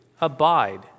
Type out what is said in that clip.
Abide